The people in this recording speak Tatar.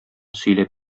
сөйләп